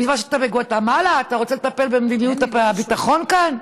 בזמן שאתה בגואטמלה אתה רוצה לטפל במדיניות הביטחון כאן?